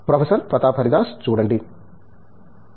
professor Pratap Haridas చూడండి